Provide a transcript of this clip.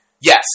Yes